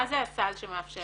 מה זה הסל שמאפשר?